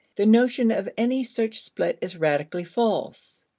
the notion of any such split is radically false.